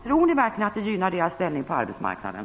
Tror ni verkligen att det gynnar deras ställning på arbetsmarknaden?